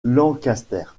lancaster